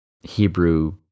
Hebrew